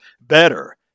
better